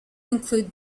include